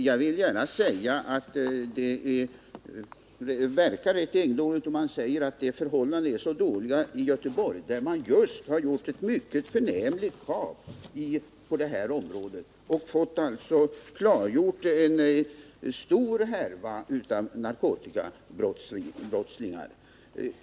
Herr talman! Jag tycker att det verkar rätt egendomligt när man säger att förhållandena är så dåliga på det här området i Göteborg, där man just har gjort ett mycket förnämligt kap och alltså avslöjat en stor härva av narkotikabrottslingar.